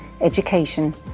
education